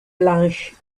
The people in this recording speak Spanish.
blanc